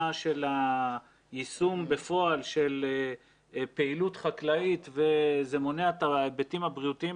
של היישום בפועל של פעילות חקלאית וזה מונע את ההיבטים הבריאותיים,